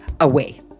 away